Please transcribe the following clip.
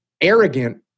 arrogant